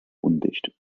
undicht